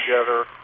together